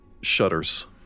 shudders